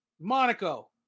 monaco